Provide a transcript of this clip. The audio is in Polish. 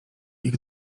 ich